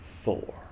four